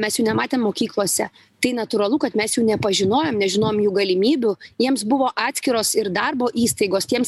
mes jų nematėm mokyklose tai natūralu kad mes jų nepažinojom nežinojom jų galimybių jiems buvo atskiros ir darbo įstaigos tiems